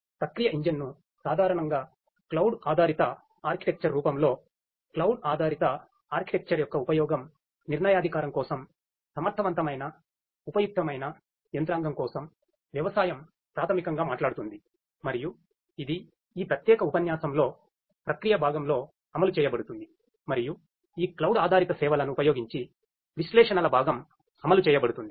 ప్రక్రియ ఇంజిన్ను సాధారణంగా క్లౌడ్ ఆధారిత సేవలను ఉపయోగించి విశ్లేషణల భాగం అమలు చేయబడుతుంది